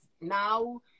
now